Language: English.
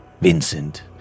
Vincent